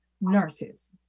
nurses